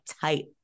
tight